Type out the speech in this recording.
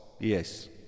Yes